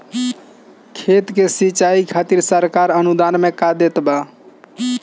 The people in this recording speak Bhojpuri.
खेत के सिचाई खातिर सरकार अनुदान में का देत बा?